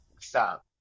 Stop